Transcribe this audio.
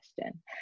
question